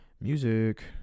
music